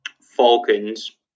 Falcons